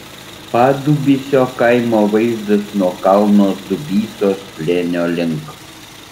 padubysio kaimo vaizdas nuo kalno dubysos slėnio link